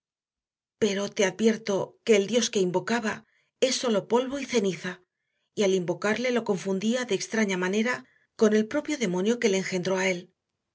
pero te advierto que el dios que invocaba es sólo polvo y ceniza y al invocarle lo confundía de extraña manera con el propio demonio que le engendró a él